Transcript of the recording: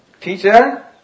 Teacher